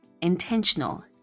Intentional